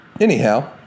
anyhow